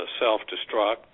self-destruct